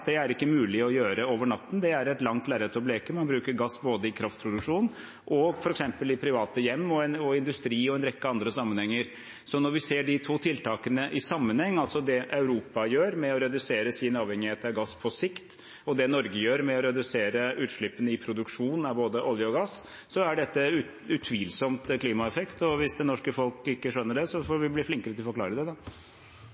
det er ikke mulig å gjøre over natten, det er et langt lerret å bleke. Man bruker gass både i kraftproduksjon og f.eks. i private hjem, i industri og i en rekke andre sammenhenger. Så når vi ser de to tiltakene i sammenheng, altså det Europa gjør med å redusere sin avhengighet av gass på sikt, og det Norge gjør med å redusere utslippene i produksjon av både olje og gass, har dette utvilsomt en klimaeffekt. Og hvis det norske folk ikke skjønner det, får